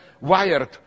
wired